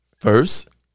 first